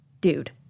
Dude